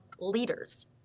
leaders